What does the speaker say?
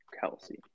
Kelsey